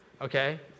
Okay